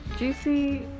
Juicy